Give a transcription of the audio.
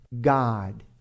God